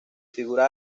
figura